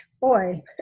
boy